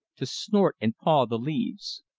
to snort and paw the leaves.